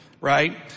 Right